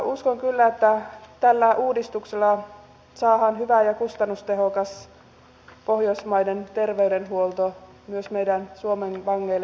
uskon kyllä että tällä uudistuksella saadaan hyvä ja kustannustehokas pohjoismainen terveydenhuolto myös meidän suomen vangeille jatkossakin